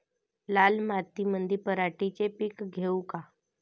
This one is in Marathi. लाल मातीमंदी पराटीचे पीक घेऊ का?